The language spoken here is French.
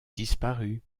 disparu